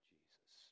Jesus